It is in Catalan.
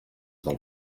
del